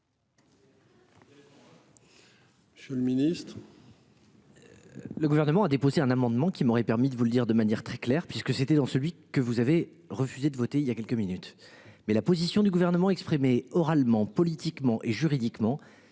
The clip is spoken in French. Monsieur le ministre.